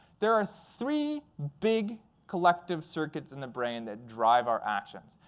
there are three, big collective circuits in the brain that drive our actions.